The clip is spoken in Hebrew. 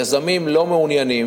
יזמים לא מעוניינים,